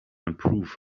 improve